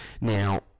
now